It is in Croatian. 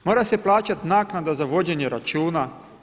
Mora se plaćati naknada za vođenje računa.